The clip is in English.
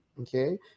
okay